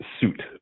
Suit